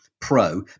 pro